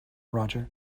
roger